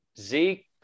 Zeke